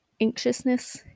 anxiousness